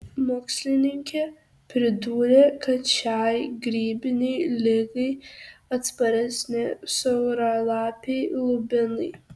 mokslininkė pridūrė kad šiai grybinei ligai atsparesni siauralapiai lubinai